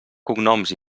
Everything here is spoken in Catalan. cognoms